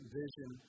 vision